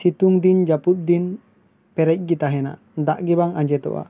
ᱥᱤᱛᱩᱝ ᱫᱤᱱ ᱡᱟᱹᱯᱩᱫ ᱫᱤᱱ ᱯᱮᱨᱮᱡ ᱜᱮ ᱛᱟᱦᱮᱱᱟ ᱫᱟᱜ ᱜᱮ ᱵᱟᱝ ᱟᱸᱡᱮᱫᱚᱜᱼᱟ